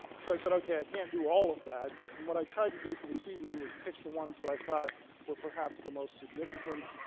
so said, ok. i can't do all of that and what i tried to do for this evening was pick the ones that i thought were perhaps the most significant,